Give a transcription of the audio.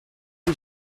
oui